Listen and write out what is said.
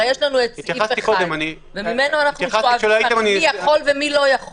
הרי יש לנו סעיף 1, וממנו נשאב מי יכול ומי לא.